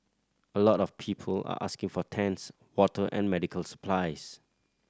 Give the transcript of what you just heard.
a lot of people are asking for tents water and medical supplies